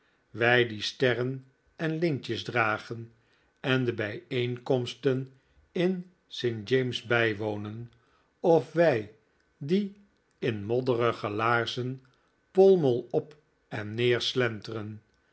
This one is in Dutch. wij die sterren en lintjes dragen en de bijeenkomsten in st james's bijwonen of wij die in modderige laarzen pall mall op en neer slenteren